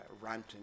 ranting